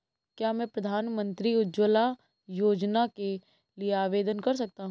क्या मैं प्रधानमंत्री उज्ज्वला योजना के लिए आवेदन कर सकता हूँ?